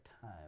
time